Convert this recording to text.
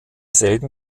selben